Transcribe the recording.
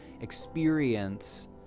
experience